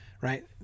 right